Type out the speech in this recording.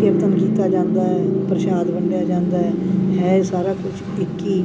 ਕੀਰਤਨ ਕੀਤਾ ਜਾਂਦਾ ਹੈ ਪ੍ਰਸ਼ਾਦ ਵੰਡਿਆ ਜਾਂਦਾ ਹੈ ਹੈ ਸਾਰਾ ਕੁਝ ਇੱਕ ਹੀ